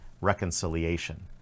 reconciliation